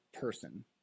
person